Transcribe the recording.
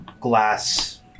glass